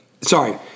Sorry